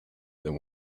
than